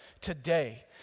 today